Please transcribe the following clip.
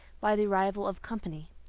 by the arrival of company.